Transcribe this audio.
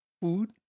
food